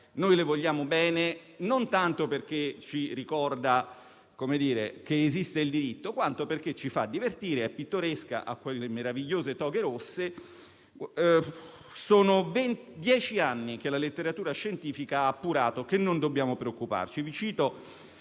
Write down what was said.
noi vogliamo bene non tanto perché ci ricorda che esiste il diritto, quanto perché ci fa divertire, è pittoresca con quelle meravigliose toghe rosse. Sono dieci anni che la letteratura scientifica ha appurato che non dobbiamo preoccuparci.